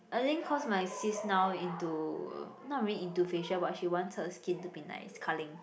I think cause my sis now into not really into facial but she wants her skin to be nice Ka-Ling